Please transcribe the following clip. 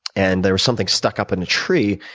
and there was something stuck up in a tree.